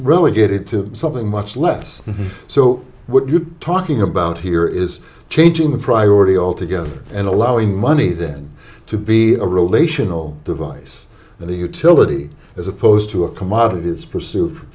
relegated to something much less so what you're talking about here is changing the priority altogether and allowing money then to be a relational device that a utility as opposed to a commodity its pursu